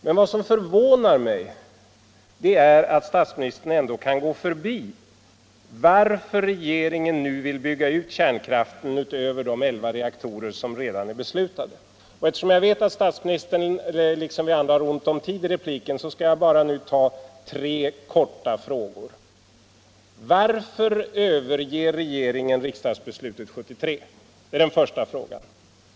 Men vad som förvånar mig är att statsministern ändå kan gå förbi anledningen till att regeringen nu vill bygga ut kärnkraftsanläggningarna utöver de elva reaktorer som redan är beslutade. Eftersom jag vet att statsministern liksom vi andra har ont om tid i repliken skall jag bara ställa tre korta frågor: Varför överger regeringen riksdagsbeslutet från 1973? Det är den första frågan.